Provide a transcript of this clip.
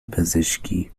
پزشکی